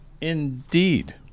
Indeed